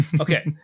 Okay